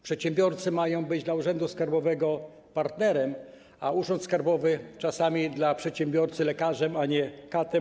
Przedsiębiorcy mają być dla urzędu skarbowego partnerem, a urząd skarbowy - czasami dla przedsiębiorcy lekarzem, a nie katem.